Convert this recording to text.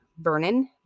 Vernon